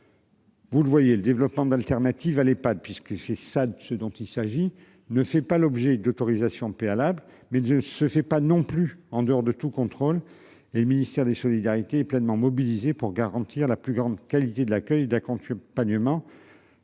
Vous le voyez le développement d'alternatives à l'Epad, puisque c'est ça. Ce dont il s'agit, ne fait pas l'objet d'autorisations préalables. Mais de ce fait pas non plus en dehors de tout contrôle et ministère des solidarités pleinement mobilisés pour garantir la plus grande qualité de l'accueil d'tu es pas niemand.